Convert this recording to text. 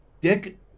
Dick